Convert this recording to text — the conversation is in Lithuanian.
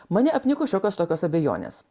mane apniko šiokios tokios abejonės